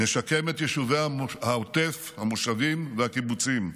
נשקם את יישובי העוטף, המושבים והקיבוצים,